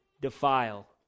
defile